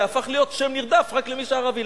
זה הפך להיות שם נרדף רק למי שערבי.